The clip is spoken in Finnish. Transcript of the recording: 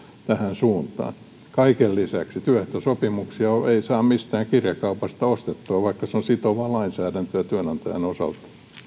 tähän suuntaan kaiken lisäksi työehtosopimuksia ei saa mistään kirjakaupasta ostettua vaikka se on sitovaa lainsäädäntöä työnantajan osalta